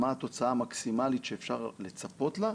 מה התוצאה המקסימלית שאפשר לצפות לה,